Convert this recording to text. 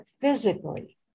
physically